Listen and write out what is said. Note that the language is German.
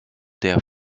der